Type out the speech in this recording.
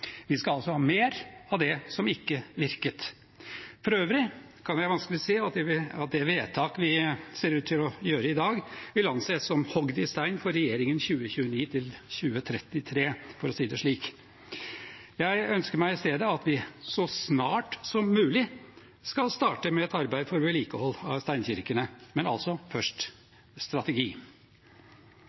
skal altså ha mer av det som ikke virket. For øvrig kan jeg vanskelig se at det vedtaket vi ser ut til å gjøre i dag, vil anses som hugd i stein for regjeringen 2029–2033, for å si det slik. Jeg ønsker meg i stedet at vi så snart som mulig skal starte med et arbeid for vedlikehold av steinkirkene, men altså først strategi.